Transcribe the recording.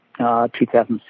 2006